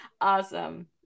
awesome